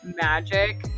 magic